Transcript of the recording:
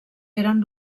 eren